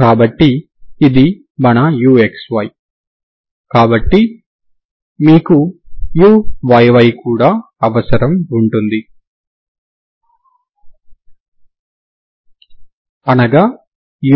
కాబట్టి ఇది మన uxy కాబట్టి మీకు uyy కూడా అవసరం ఉంటుంది అనగా